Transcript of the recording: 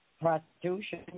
prostitution